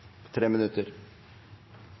Tre